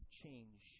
change